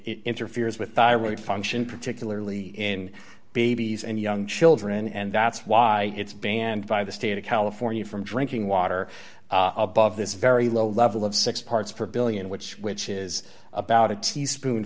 it interferes with thyroid function particularly in babies and young children and that's why it's banned by the state of california from drinking water above this very low level of six parts per one billion which which is about a teaspoon